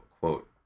quote